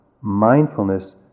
mindfulness